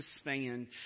stand